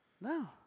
No